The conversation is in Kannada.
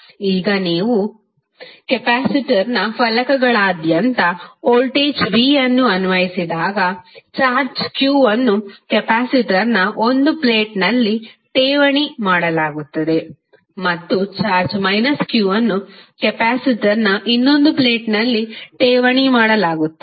ಈಗ ನೀವು ಕೆಪಾಸಿಟರ್ನ ಫಲಕಗಳಾದ್ಯಂತ ವೋಲ್ಟೇಜ್ v ಅನ್ನು ಅನ್ವಯಿಸಿದಾಗ ಚಾರ್ಜ್ q ಅನ್ನು ಕೆಪಾಸಿಟರ್ನ ಒಂದು ಪ್ಲೇಟ್ನಲ್ಲಿ ಠೇವಣಿ ಮಾಡಲಾಗುತ್ತದೆ ಮತ್ತು ಚಾರ್ಜ್ q ಅನ್ನು ಕೆಪಾಸಿಟರ್ನ ಇನ್ನೊಂದು ಪ್ಲೇಟ್ನಲ್ಲಿ ಠೇವಣಿ ಮಾಡಲಾಗುತ್ತದೆ